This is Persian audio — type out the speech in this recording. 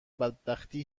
بدبختی